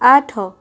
ଆଠ